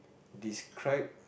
describe